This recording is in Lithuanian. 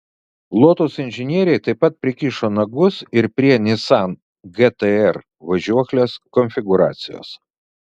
lotus inžinieriai taip pat prikišo nagus ir prie nissan gt r važiuoklės konfigūracijos